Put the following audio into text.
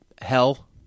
hell